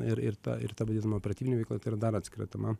ir ir ta ir ta vadinama operatyvinė veikla tai yra dar atskira tema